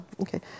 okay